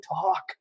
talk